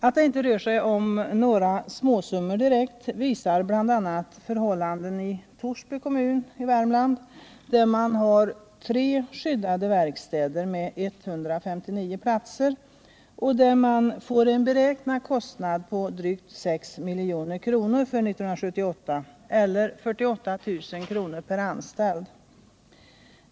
Att det inte rör sig om några småsummor visar bl.a. förhållandena i Torsby kommun i Värmland, där man har tre skyddade verkstäder med 159 platser. Den beräknade kostnaden för 1978 uppgår till drygt 6 milj.kr. eller 48 000 kr. per anställd.